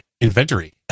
inventory